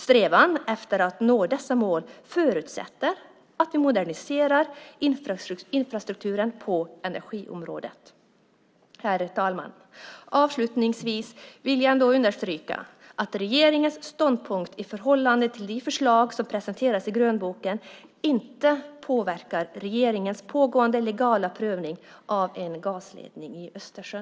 Strävan efter att nå dessa mål förutsätter att vi moderniserar infrastrukturen på energiområdet. Herr talman! Avslutningsvis vill jag understryka att regeringens ståndpunkt i förhållande till de förslag som presenteras i grönboken inte påverkar regeringens pågående legala prövning av en gasledning i Östersjön.